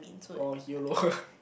orh yolo